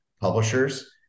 publishers